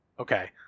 Okay